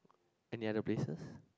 any other places